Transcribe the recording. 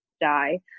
die